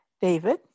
David